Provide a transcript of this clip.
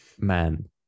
man